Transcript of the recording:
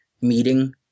meeting